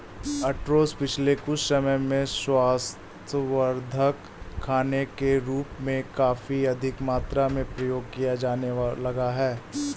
oats पिछले कुछ समय से स्वास्थ्यवर्धक खाने के रूप में काफी अधिक मात्रा में प्रयोग किया जाने लगा है